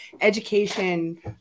education